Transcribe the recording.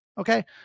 Okay